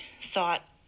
thought